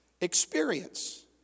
experience